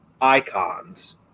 icons